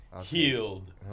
Healed